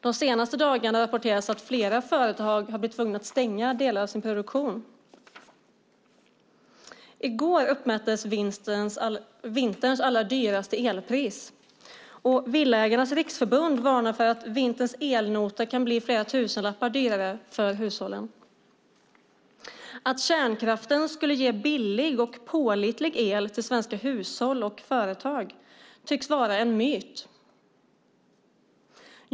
De senaste dagarna rapporteras att flera företag har blivit tvungna att stänga delar av sin produktion. I går uppmättes vinterns allra dyraste elpris. Villaägarnas Riksförbund varnar för att vinterns elnota kan bli flera tusenlappar dyrare för hushållen. Det tycks vara en myt att kärnkraften skulle ge billig och pålitlig el till svenska hushåll och företag.